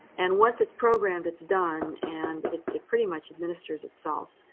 and once it's programmed, it's done, and it it pretty much administers itself.